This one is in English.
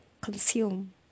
consume